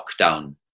lockdown